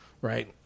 right